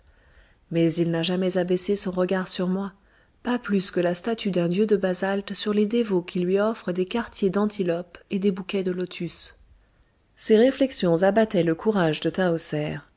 mais il n'a jamais abaissé son regard sur moi pas plus que la statue d'un dieu de basalte sur les dévots qui lui offrent des quartiers d'antilope et des bouquets de lotus ces réflexions abattaient le courage de